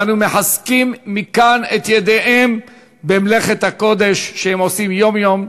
ואנו מחזקים מכאן את ידיהם במלאכת הקודש שהם עושים יום-יום,